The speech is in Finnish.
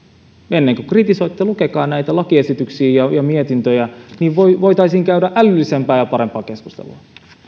ennen kuin kritisoitte lukekaa näitä lakiesityksiä ja mietintöjä niin voitaisiin käydä älyllisempää ja parempaa keskustelua